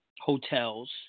hotels